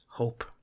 hope